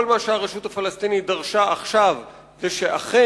כל מה שהרשות הפלסטינית דרשה עכשיו זה שאכן